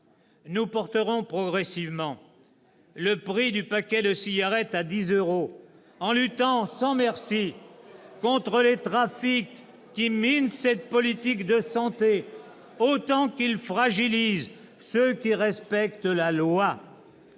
Nous porterons progressivement le prix du paquet de cigarettes à 10 euros, en luttant sans merci contre les trafics qui minent cette politique de santé autant qu'ils fragilisent ceux qui respectent la loi.